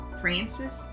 Francis